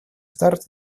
старт